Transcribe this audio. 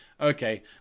okay